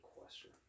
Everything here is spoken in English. question